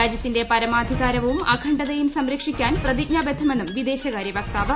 രാജ്യത്തിന്റെ പ്പർമാധികാരവും അഖണ്ഡതയും സംരക്ഷിക്കാൻ ട്രപ്പതിജ്ഞാബദ്ധമെന്നും വിദേശകാര്യ വക്താവ്